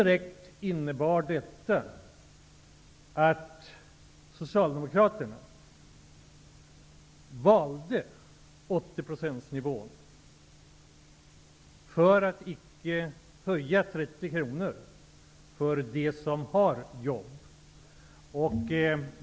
Detta innebar indirekt att Socialdemokraterna valde 80-procentsnivån för att inte behöva höja med denna summa om 30 kr för dem som har jobb.